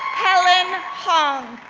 helen hong,